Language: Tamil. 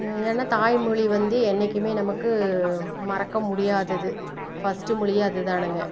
ஏன்னா தாய்மொழி வந்து என்றைக்கிமே நமக்கு மறக்க முடியாதது ஃபர்ஸ்ட்டு மொழியே அதுதானேங்க